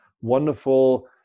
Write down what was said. wonderful